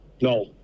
No